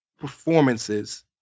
performances